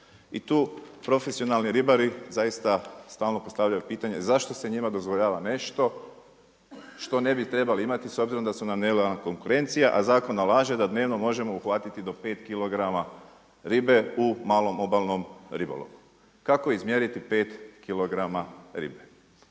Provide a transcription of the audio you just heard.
I tu profesionalni ribari zaista stalno postavljaju pitanje zašto se njima dozvoljava nešto što ne bi trebali imati s obzirom da su nelojalna konkurencija, a zakon nalaže da dnevno možemo uhvatiti do pet kilograma ribe u malom obalnom ribolovu. Kako izmjeriti pet